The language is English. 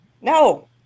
No